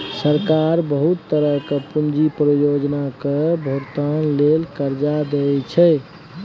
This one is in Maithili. सरकार बहुत तरहक पूंजी परियोजना केर भोगतान लेल कर्जा दइ छै